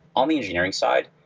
on the engineering side,